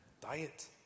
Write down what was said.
diet